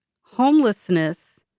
homelessness